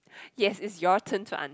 yes it's your turn to an~